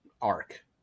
arc